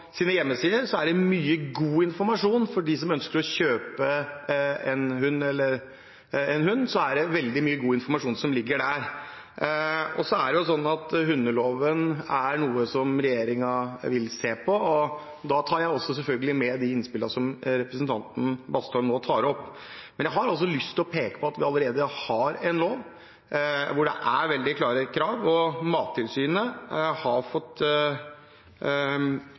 det veldig mye god informasjon for dem som ønsker å kjøpe en hund. Hundeloven er noe regjeringen vil se på. Da tar jeg selvfølgelig også med de innspillene som representanten Bastholm nå har. Men jeg har lyst til å peke på at vi allerede har en lov hvor det er veldig klare krav, og Mattilsynet har fått